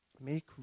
Make